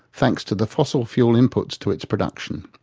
thanks to the fossil fuel inputs to its production.